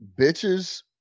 bitches